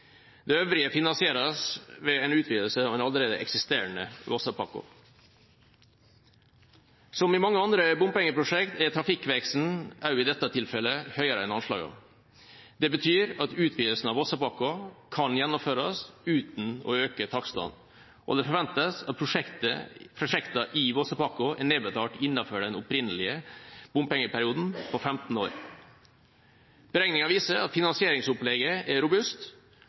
Det øvrige finansieres ved en utvidelse av den allerede eksisterende Vossapakko. Som i mange andre bompengeprosjekter er trafikkveksten også i dette tilfellet høyere enn anslagene. Det betyr at utvidelsen av Vossapakko kan gjennomføres uten å øke takstene, og det forventes at prosjektene i Vossapakko er nedbetalt innenfor den opprinnelige bompengeperioden på 15 år. Beregninger viser at finansieringsopplegget er robust